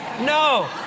No